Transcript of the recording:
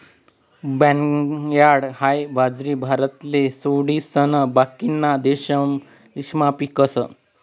barnyard हाई बाजरी भारतले सोडिसन बाकीना देशमा पीकस